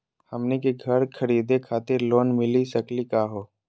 हमनी के घर खरीदै खातिर लोन मिली सकली का हो?